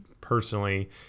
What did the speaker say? personally